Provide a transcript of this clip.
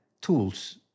tools